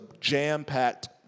jam-packed